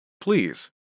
Please